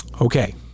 okay